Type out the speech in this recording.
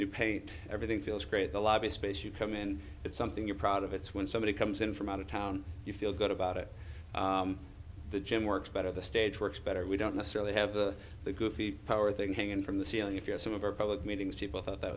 the paint everything feels great the lobby space you come in it's something you're proud of it's when somebody comes in from out of town you feel good about it the gym works better the stage works better we don't necessarily have a goofy power thing hanging from the ceiling if you have some of our public meetings people thought that